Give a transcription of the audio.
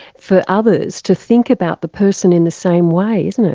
for others to think about the person in the same way, isn't